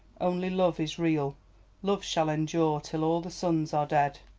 only love is real love shall endure till all the suns are dead,